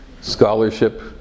scholarship